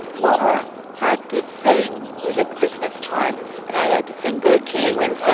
laura had to sing was a christmas time and i had to sing. good. kate winslet.